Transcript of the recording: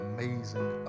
Amazing